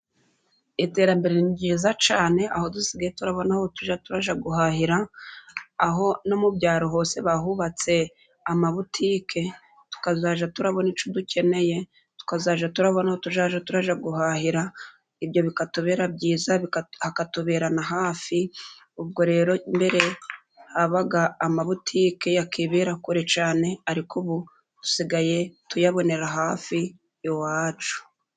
Iterambere ni ryiza cyane aho dusigaye turabona aho tujya turajya guhahira, aho no mu byaro hose bahubatse amabutike tukazajya turabona icyo dukeneye ,tukazajya turabona aho tujya turajya guhahira, ibyo bikatubera byiza hakatubera na hafi ,ubwo rero mbere habaga amabutike, akibera kure cyane ariko ubu dusigaye tuyabonera hafi iwacu.